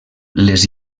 les